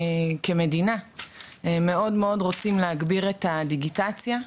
כמדינה אנחנו מאוד רוצים להגביר את הדיגיטציה,